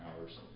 hours